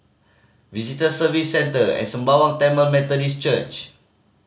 Visitor Services Centre and Sembawang Tamil Methodist Church